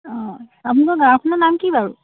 অঁ আপোনালোকৰ গাঁওখনৰ নাম কি বাৰু